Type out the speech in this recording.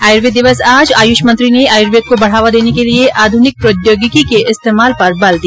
आयुर्वेद दिवस आज आयुष मंत्री ने आयुर्वेद को बढावा देने के लिये आधुनिक प्रौद्योगिकी के इस्तेमाल पर बल दिया